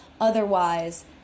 otherwise